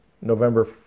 November